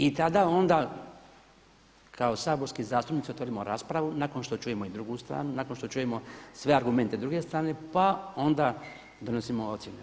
I tada onda kao saborski zastupnici otvorimo raspravu nakon što čujemo i drugu stranu, nakon što čujemo sve argumente druge strane, pa onda donosimo ocjene.